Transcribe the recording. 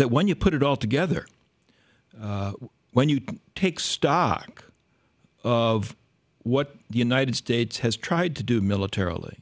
that when you put it all together when you take stock of what the united states has tried to do militarily